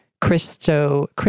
Christo